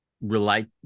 relate